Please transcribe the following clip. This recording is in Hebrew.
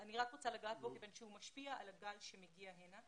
אני רוצה לגעת בו כיוון שהוא משפיע על הגל שמגיע לכאן.